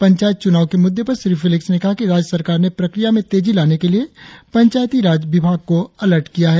पंचायत चुनाव के मुद्दे पर श्री फेलिक्स ने कहा कि राज्य सरकार ने प्रक्रिया में तेजी लाने के लिए पंचायती राज्य विभाग को अलर्ट किया है